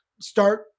start